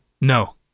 No